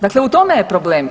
Dakle u tome je problem.